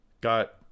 got